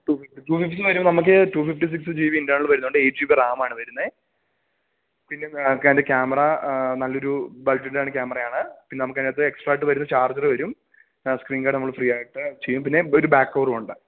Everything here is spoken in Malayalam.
ടു ഫിഫ്റ്റി വരുമ്പോള് നമുക്ക് two fifty six G B internal വരുന്നുണ്ട് എയിറ്റ് ജി ബി റാമാണ് വരുന്നത് പിന്നെ നമുക്കതിൻ്റെ ക്യാമറ നല്ലൊരു ക്യാമറയാണ് പിന്നെ നമുക്ക് അതിനകത്ത് എക്സ്ട്രയായിട്ട് വരുന്നത് ചാർജര് വരും സ്ക്രീൻ ഗാഡ് നമ്മള് ഫ്രീയായിട്ട് ചെയ്യും പിന്നെ ഒരു ബാക്ക് കവറുമുണ്ട്